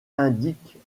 indiquent